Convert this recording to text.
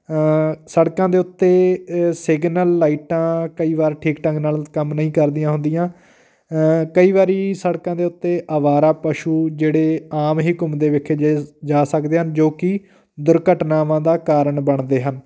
ਸੜਕਾਂ ਦੇ ਉੱਤੇ ਅ ਸਿਗਨਲ ਲਾਈਟਾਂ ਕਈ ਵਾਰ ਠੀਕ ਢੰਗ ਨਾਲ ਕੰਮ ਨਹੀਂ ਕਰਦੀਆਂ ਹੁੰਦੀਆਂ ਕਈ ਵਾਰੀ ਸੜਕਾਂ ਦੇ ਉੱਤੇ ਅਵਾਰਾ ਪਸ਼ੂ ਜਿਹੜੇ ਆਮ ਹੀ ਘੁੰਮਦੇ ਵੇਖੇ ਜੇ ਜਾ ਸਕਦੇ ਹਨ ਜੋ ਕਿ ਦੁਰਘਟਨਾਵਾਂ ਦਾ ਕਾਰਨ ਬਣਦੇ ਹਨ